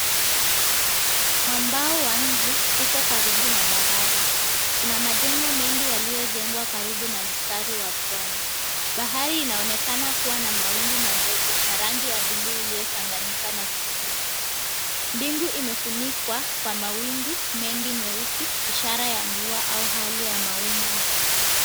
Mwambao wa mji uko karibu na bahari. Kuna majengo mengi yaliyojengwa karibu na mstari wa pwani. Bahari inaonekana kuwa na mawimbi madogo na rangi ya buluu iliyochanganyika na kijivu. Mbingu imefunikwa kwa mawingu mengi meusi, ishara ya mvua au hali ya mawingu mazito.